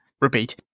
repeat